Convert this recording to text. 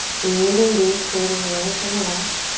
breathing deep. creating length in the neck.